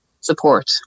support